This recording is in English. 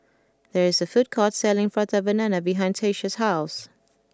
there is a food court selling Prata Banana behind Tyesha's house